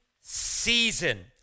Season